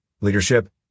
leadership